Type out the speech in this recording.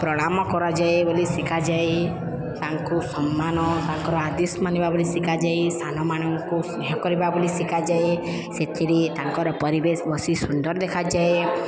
ପ୍ରଣାମ କରାଯାଏ ବୋଲି ଶିଖାଯାଏ ତାଙ୍କୁ ସମ୍ମାନ ତାଙ୍କର ଆଦେଶ ମାନିବା ବୋଲି ଶିଖାଯାଏ ସାନମାନଙ୍କୁ ସ୍ନେହ କରିବା ବୋଲି ଶିଖାଯାଏ ସେଥିରେ ତାଙ୍କର ପରିବେଶ ବେଶୀ ସୁନ୍ଦର ଦେଖାଯାଏ